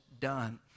done